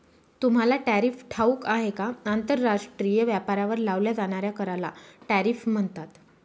तुम्हाला टॅरिफ ठाऊक आहे का? आंतरराष्ट्रीय व्यापारावर लावल्या जाणाऱ्या कराला टॅरिफ म्हणतात